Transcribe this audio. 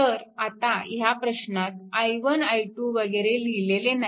तर आता ह्या प्रश्नात i1 i2 वगैरे लिहिलेले नाही